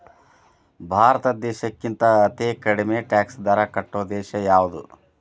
ಭಾರತ್ ದೇಶಕ್ಕಿಂತಾ ಅತೇ ಕಡ್ಮಿ ಟ್ಯಾಕ್ಸ್ ದರಾ ಕಟ್ಟೊ ದೇಶಾ ಯಾವ್ದು?